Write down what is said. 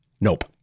Nope